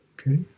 okay